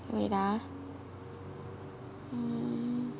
wait ah mm